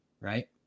right